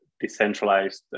decentralized